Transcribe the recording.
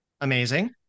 Amazing